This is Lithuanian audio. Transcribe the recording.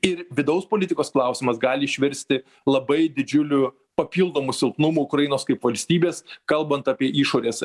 ir vidaus politikos klausimas gali išvirsti labai didžiuliu papildomu silpnumu ukrainos kaip valstybės kalbant apie išorės